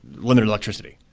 limited electricity,